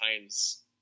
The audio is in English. times